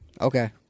Okay